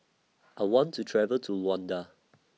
I want to travel to Luanda